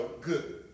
good